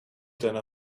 deiner